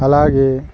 అలాగే